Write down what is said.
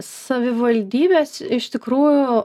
savivaldybės iš tikrųjų